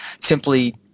simply